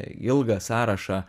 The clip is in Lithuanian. ilgą sąrašą